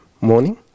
morning